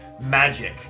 magic